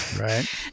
Right